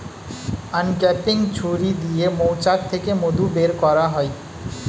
uncapping ছুরি দিয়ে মৌচাক থেকে মধু বের করা হয়